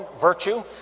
virtue